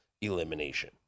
elimination